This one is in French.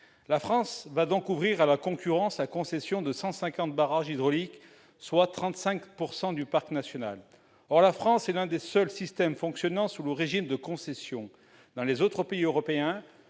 La France va par conséquent ouvrir à la concurrence la concession de 150 barrages hydrauliques, soit 35 % du parc national. Or nous avons l'un des seuls systèmes fonctionnant sous le régime de concession. Dans les autres pays européens,